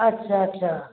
अच्छा अच्छा